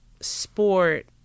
sport